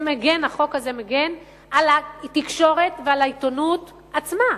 החוק הזה מגן על התקשורת ועל העיתונות עצמה,